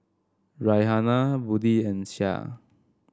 Raihana Budi and Syah